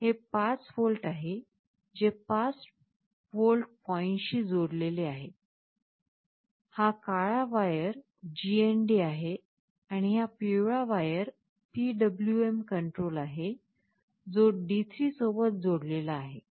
हे 5 व्होल्ट आहे जे 5 व्होल्ट पॉईंटशी जोडलेले आहे हा काळा वायर GND आहे आणि हा पिवळा वायर PWM कंट्रोल आहे जो D3 सोबत जोडलेला आहे